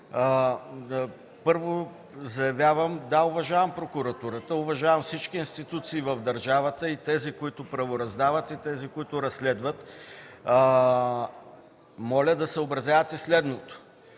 първо, заявявам – да, уважавам прокуратурата, уважавам всички институции в държавата – и тези, които правораздават, и тези, които разследват. Моля да се съобразявате със следното.